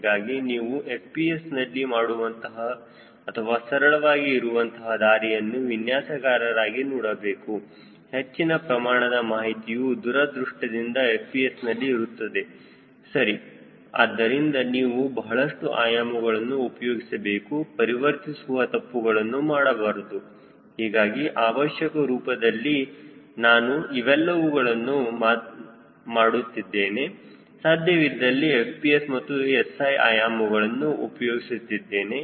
ಹೀಗಾಗಿ ನೀವು FPS ನಲ್ಲಿ ಮಾಡುವಂತಹ ಅಥವಾ ಸರಳವಾಗಿ ಇರುವಂತಹ ದಾರಿಯನ್ನು ವಿನ್ಯಾಸಕಾರರಾಗಿ ನೋಡಬೇಕು ಹೆಚ್ಚಿನ ಪ್ರಮಾಣದ ಮಾಹಿತಿಯು ದುರದೃಷ್ಟದಿಂದ FPS ನಲ್ಲಿ ಇರುತ್ತದೆ ಸರಿ ಆದ್ದರಿಂದ ನೀವು ಬಹಳಷ್ಟು ಆಯಾಮಗಳನ್ನು ಉಪಯೋಗಿಸಬೇಕುಪರಿವರ್ತಿಸುವ ತಪ್ಪುಗಳನ್ನು ಮಾಡಬಾರದು ಹೀಗಾಗಿ ಅವಶ್ಯಕ ರೂಪದಲ್ಲಿ ನಾನು ಇವೆಲ್ಲವುಗಳನ್ನು ಮಾಡುತ್ತಿದ್ದೇನೆ ಸಾಧ್ಯವಿದ್ದಲ್ಲಿ FPS ಮತ್ತು SI ಆಯಾಮಗಳನ್ನು ಉಪಯೋಗಿಸುತ್ತಿದ್ದೇನೆ